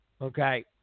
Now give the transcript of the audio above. Okay